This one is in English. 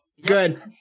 Good